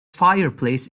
fireplace